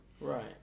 Right